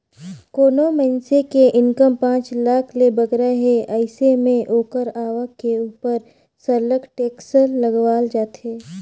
कोनो मइनसे के इनकम पांच लाख ले बगरा हे अइसे में ओकर आवक के उपर सरलग टेक्स लगावल जाथे